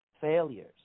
failures